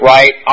Right